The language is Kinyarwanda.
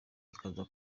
ikaza